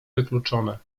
wykluczone